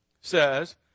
says